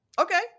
Okay